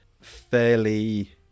fairly